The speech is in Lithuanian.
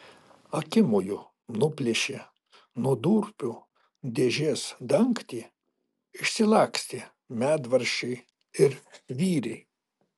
akimoju nuplėšė nuo durpių dėžės dangtį išsilakstė medvaržčiai ir vyriai